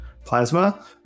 Plasma